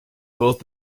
both